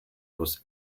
was